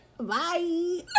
Bye